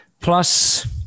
plus